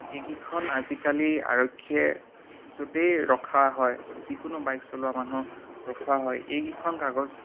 এইকেইখন আজিকালি আৰক্ষীয়ে য'তেই ৰখা হয় যিকোনো বাইক চলোৱা মানুহক ৰখোৱা হয় এইকেইখন কাগজ